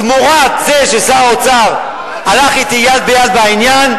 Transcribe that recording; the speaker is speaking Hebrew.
תמורת זה ששר האוצר הלך אתי יד ביד בעניין,